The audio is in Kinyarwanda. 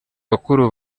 bakuru